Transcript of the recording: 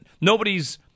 nobody's